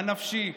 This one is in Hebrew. הנפשי.